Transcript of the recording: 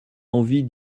envie